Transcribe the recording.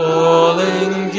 Falling